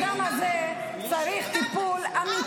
אף חוק שלך --- הבן אדם הזה צריך טיפול אמיתי,